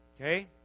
okay